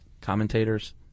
commentators